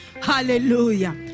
hallelujah